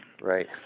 Right